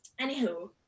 anywho